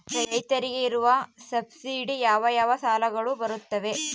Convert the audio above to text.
ರೈತರಿಗೆ ಇರುವ ಸಬ್ಸಿಡಿ ಯಾವ ಯಾವ ಸಾಲಗಳು ಬರುತ್ತವೆ?